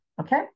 Okay